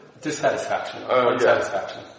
dissatisfaction